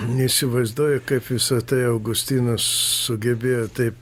neįsivaizduoju kaip visa tai augustinas sugebėjo tai